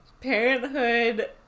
parenthood